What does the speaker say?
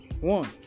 one